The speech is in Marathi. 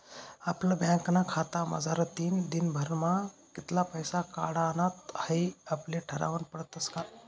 आपला बँकना खातामझारतीन दिनभरमा कित्ला पैसा काढानात हाई आपले ठरावनं पडस का